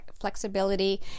flexibility